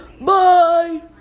Bye